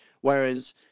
whereas